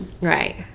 Right